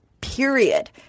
period